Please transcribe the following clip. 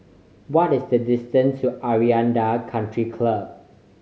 what is the distance to Aranda Country Club